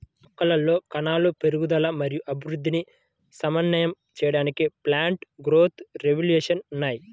మొక్కలలో కణాల పెరుగుదల మరియు అభివృద్ధిని సమన్వయం చేయడానికి ప్లాంట్ గ్రోత్ రెగ్యులేషన్స్ ఉన్నాయి